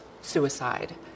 suicide